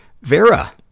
Vera